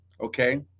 okay